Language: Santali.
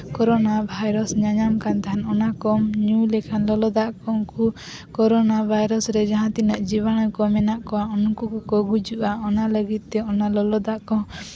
ᱠᱚᱨᱳᱱᱟ ᱵᱷᱟᱭᱨᱟᱥ ᱧᱟᱧᱟᱢ ᱠᱟᱱ ᱛᱟᱦᱮᱫ ᱚᱱᱟ ᱠᱚᱢ ᱧᱩ ᱞᱮᱠᱷᱟᱱ ᱞᱚᱞᱚ ᱫᱟᱜ ᱠᱚ ᱩᱱᱠᱩ ᱠᱚᱨᱳᱱᱟ ᱵᱷᱟᱭᱨᱟᱥ ᱨᱮ ᱡᱟᱦᱟᱸ ᱛᱤᱱᱟᱹᱜ ᱡᱤᱵᱟᱱᱩ ᱠᱚ ᱢᱮᱱᱟᱜ ᱠᱚᱣᱟ ᱩᱱᱠᱩ ᱠᱚᱠᱚ ᱜᱩᱡᱩᱜᱼᱟ ᱚᱱᱟ ᱞᱟᱹᱜᱤᱫ ᱛᱮ ᱚᱱᱟ ᱞᱚᱞᱚ ᱫᱟᱜ ᱠᱚ